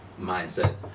mindset